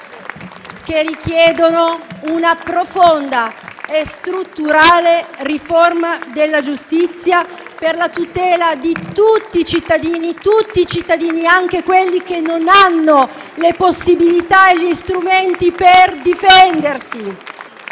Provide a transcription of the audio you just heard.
che richiedono una profonda e strutturale riforma della giustizia per la tutela di tutti i cittadini, anche quelli che non hanno le possibilità e gli strumenti per difendersi.